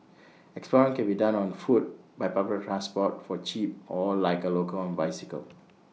exploring can be done on foot by public transport for cheap or like A local on bicycle